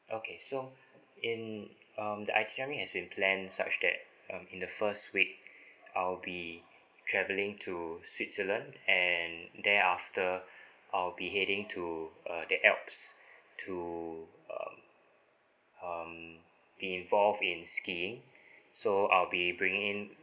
okay so in um the itinerary has been planned such that um in the first week I'll be travelling to switzerland and there after I'll be heading to uh the apls to um um be involved in skiing so I'll be bringing in